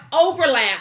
overlap